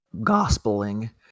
gospeling